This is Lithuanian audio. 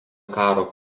karo